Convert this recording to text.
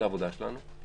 זאת העבודה שלנו.